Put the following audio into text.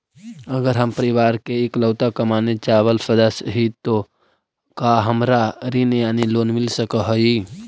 अगर हम परिवार के इकलौता कमाने चावल सदस्य ही तो का हमरा ऋण यानी लोन मिल सक हई?